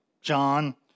John